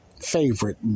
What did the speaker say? favorite